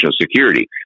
security